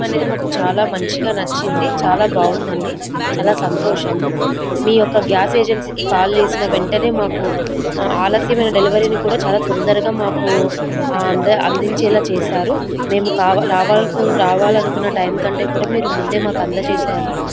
మనది మాకు చాలా మంచిగా నచ్చింది చాలా బాగుందండి చాలా సంతోషము మీయొక్క గ్యాస్ ఏజెన్సీకి కాల్ చేసిన వెంటనే మాకు ఆ ఆలస్యమైన డెలివరీని కూడా చాలా తొందరగా మాకు అందా అందించేలా చేశారు మేము కావా రావాలన్కున్ రావాలనుకున్న టైం కంటే కూడా మీరు ముందే మాకు అందజేశారు